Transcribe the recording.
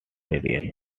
materials